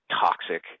toxic